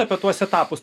apie tuos etapus